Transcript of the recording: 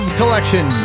collection